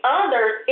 others